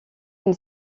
une